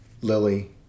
Lily